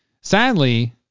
Sadly